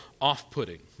off-putting